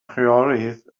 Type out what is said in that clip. chwiorydd